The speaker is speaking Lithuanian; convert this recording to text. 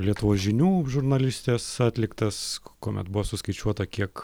lietuvos žinių žurnalistės atliktas kuomet buvo suskaičiuota kiek